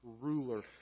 ruler